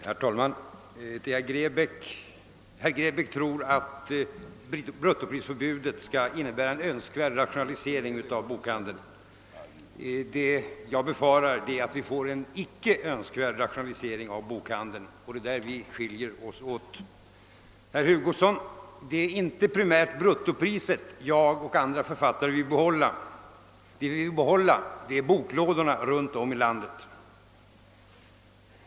Herr talman! Herr Grebäck tror att bruttoprisförbudet skall innebära en önskvärd rationalisering av bokhandeln. Jag befarar att vi får en icke önskvärd rationalisering av bokhandeln på detta sätt. Det är därvidlag vi skiljer oss åt. Herr Hugosson! Det är inte primärt bruttoprisförbudet som jag och andra författare vill behålla. Det vi vill behålla är boklådorna runtom i landet.